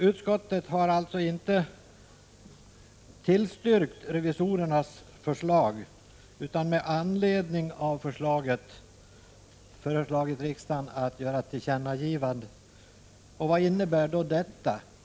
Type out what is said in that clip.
Utskottet har alltså inte tillstyrkt revisorernas förslag, utan man har med anledning av förslaget föreslagit riksdagen att göra ett tillkännagivande. Vad innebär då detta?